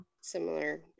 Similar